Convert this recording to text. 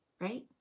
Right